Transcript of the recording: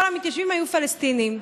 כל המתיישבים היו פלסטינים,